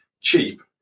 cheap